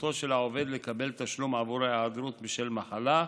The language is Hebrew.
זכותו של העובד לקבל תשלום בעבור ההיעדרות בשל מחלה,